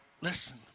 listen